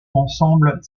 ensemble